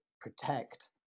protect